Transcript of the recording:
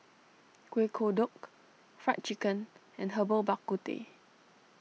Kuih Kodok Fried Chicken and Herbal Bak Ku Teh